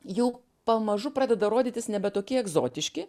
jau pamažu pradeda rodytis nebe tokie egzotiški